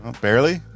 Barely